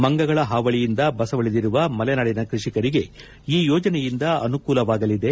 ಮಂಗಗಳ ಹಾವಳಿಯಿಂದ ಬಸವಳದಿರುವ ಮಲೆನಾಡಿನ ಕೃಷಿಕರಿಗೆ ಈ ಯೋಜನೆಯಿಂದ ಅನುಕೂಲವಾಗಲಿದೆ